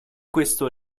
questo